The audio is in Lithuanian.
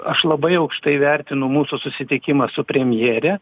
aš labai aukštai vertinu mūsų susitikimą su premjere